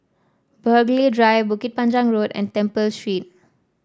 Burghley Drive Bukit Panjang Road and Temple Street